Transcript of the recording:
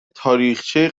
تاریخچه